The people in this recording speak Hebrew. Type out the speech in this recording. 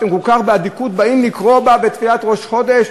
שאתם כל כך באדיקות באים לקרוא בה בתפילת ראש חודש.